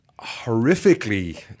horrifically